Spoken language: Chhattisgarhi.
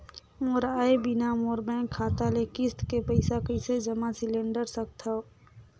मोर आय बिना मोर बैंक खाता ले किस्त के पईसा कइसे जमा सिलेंडर सकथव?